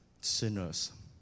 sinners